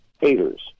haters